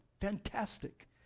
Fantastic